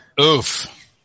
Oof